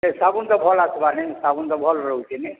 ସାଗୁନ୍ ଟା ଭଲ୍ ଆସ୍ବା ନି ହେ ସାଗୁନ୍ ଟା ଭଲ୍ ରହୁଛେ ନି